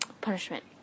Punishment